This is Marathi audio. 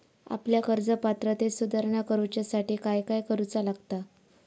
आपल्या कर्ज पात्रतेत सुधारणा करुच्यासाठी काय काय करूचा लागता?